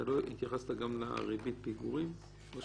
אתה לא התייחסת גם לריבית פיגורים או שלא הזכרת אותה?